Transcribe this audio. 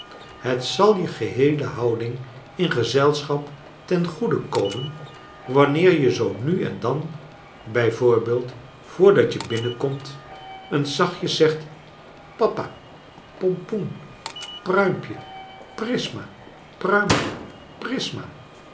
het zal je geheele houding in gezelschap ten goede komen wanneer je zoo nu en dan b v voordat je binnenkomt eens zacht jes zegt papa pompoen pruimpje prisma pruimpje prisma